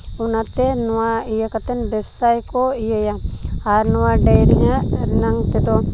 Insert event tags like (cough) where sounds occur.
ᱚᱱᱟᱛᱮ ᱱᱚᱣᱟ ᱤᱭᱟᱹ ᱠᱟᱛᱮ ᱵᱮᱵᱽᱥᱟᱭᱟᱠᱚ ᱤᱭᱟᱹᱭᱟ ᱟᱨ ᱱᱚᱣᱟ (unintelligible) ᱨᱮᱱᱟᱝ ᱛᱮᱫᱚ